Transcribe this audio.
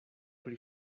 pri